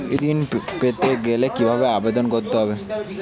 ঋণ পেতে গেলে কিভাবে আবেদন করতে হবে?